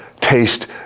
taste